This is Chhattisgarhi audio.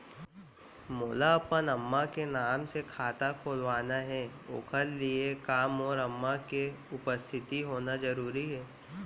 मोला अपन अम्मा के नाम से खाता खोलवाना हे ओखर लिए का मोर अम्मा के उपस्थित होना जरूरी हे?